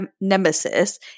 nemesis